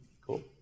cool